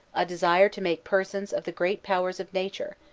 a desire to make persons of the great powers of nature,